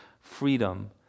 freedom